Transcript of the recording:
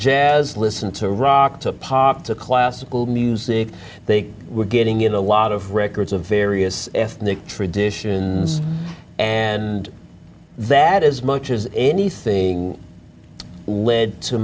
jazz listen to rock to pop to classical music they were getting in a lot of records of various ethnic traditions and that as much as anything led to